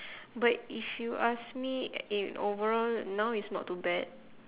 but if you ask me in overall now it's not too bad